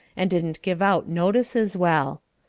and didn't give out notices well.